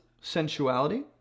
sensuality